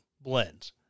blends